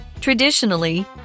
Traditionally